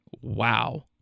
Wow